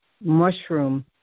mushroom